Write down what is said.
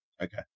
Okay